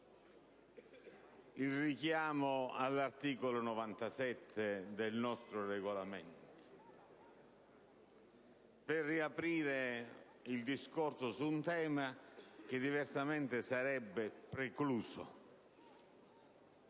il richiamo all'articolo 97 del nostro Regolamento per consentire di riaprire il discorso su un tema che diversamente sarebbe stato precluso.